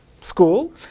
school